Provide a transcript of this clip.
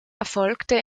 erfolgte